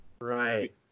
right